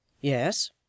Yes